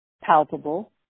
palpable